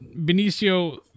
Benicio